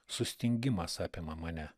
sustingimas apima mane